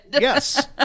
Yes